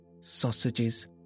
sausages